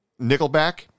Nickelback